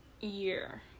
year